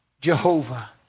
Jehovah